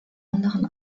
anderen